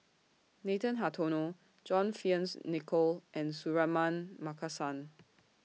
Nathan Hartono John Fearns Nicoll and Suratman Markasan